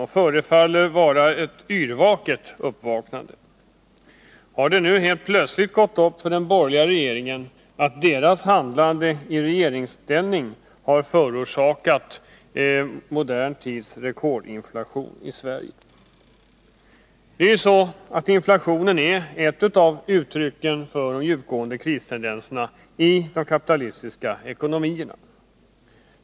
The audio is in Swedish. Den förefaller vara ett yrvaket uppvaknande. Har det helt plötsligt gått upp för den borgerliga regeringen att dess handlande förorsakat modern tids rekordinflation i Sverige? Inflationen är ett av uttrycken för de djupnande kristendenserna i de kapitalistiska ekonomierna.